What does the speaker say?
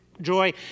Joy